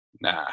nah